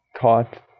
taught